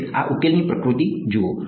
હવે આ ઉકેલની પ્રકૃતિ જુઓ